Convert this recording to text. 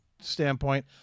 standpoint